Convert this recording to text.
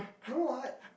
no what